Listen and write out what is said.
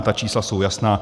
Ta čísla jsou jasná.